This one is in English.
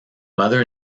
mother